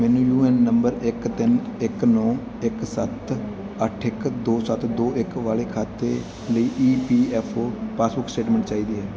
ਮੈਨੂੰ U A N ਨੰਬਰ ਇੱਕ ਤਿੰਨ ਇੱਕ ਨੌ ਇੱਕ ਸੱਤ ਅੱਠ ਇੱਕ ਦੋ ਸੱਤ ਦੋ ਇੱਕ ਵਾਲੇ ਖਾਤੇ ਲਈ E P F O passbook statement ਚਾਹੀਦੀ ਹੈ